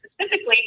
specifically